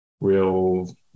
real